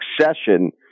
succession